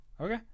Okay